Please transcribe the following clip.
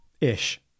Ish